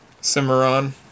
Cimarron